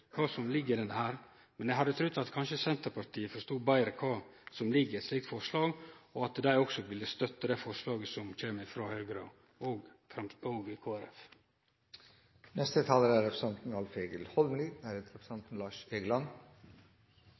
kva som ligg i dette, men eg hadde trudd at kanskje Senterpartiet forsto betre kva som ligg i eit slikt forslag, og at dei også ville støtte det forslaget som kjem frå Høgre og Kristeleg Folkeparti. Noreg er ein sjøfartsnasjon og ein fiskerinasjon, men det er